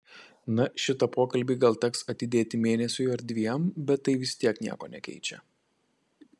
na šitą pokalbį gal teks atidėti mėnesiui ar dviem bet tai vis tiek nieko nekeičia